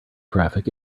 traffic